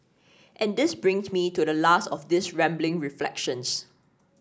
and this brings me to the last of these rambling reflections